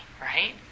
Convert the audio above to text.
right